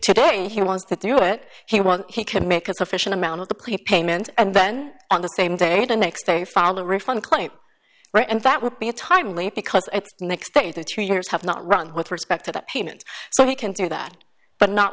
today he wants to do it he won't he can make a sufficient amount of the plea payment and then on the same day the next day follow refund claim right and that would be a timely because next day the two years have not run with respect to that payment so he can do that but not